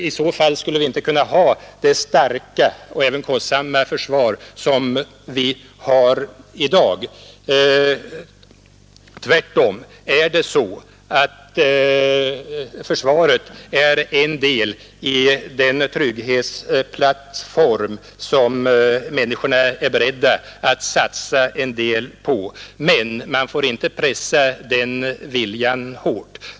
I så fall skulle vi inte kunna ha det starka och även kostsamma försvar som vi i dag har. Tvärtom är försvaret en del av den trygghetsplattform som människorna är beredda att satsa en del på. Men man får inte pressa den viljan alltför hårt.